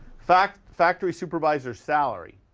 factory factory supervisor salary?